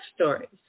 stories